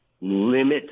limit